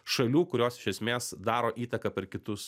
šalių kurios iš esmės daro įtaką per kitus